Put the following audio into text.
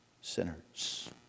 sinners